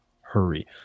hurry